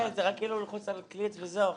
כן, זה רק כאילו ללחוץ על קליק וזהו,